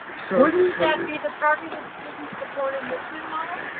so wouldn't that be the targeted student support enrichment model?